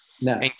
No